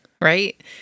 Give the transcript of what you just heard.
right